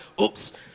oops